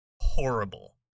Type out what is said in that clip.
horrible